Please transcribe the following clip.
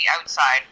outside